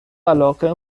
علاقه